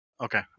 okay